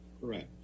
correct